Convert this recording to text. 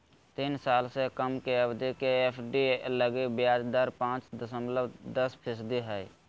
तीन साल से कम के अवधि के एफ.डी लगी ब्याज दर पांच दशमलब दस फीसदी हइ